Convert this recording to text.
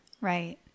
Right